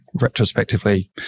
retrospectively